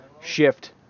shift